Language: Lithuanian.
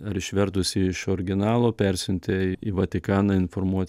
ar išvertusi iš originalo persiuntė į vatikaną informuoti